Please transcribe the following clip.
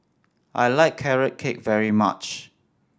I like Carrot Cake very much